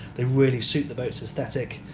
they really suit the boat's aesthetic,